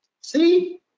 See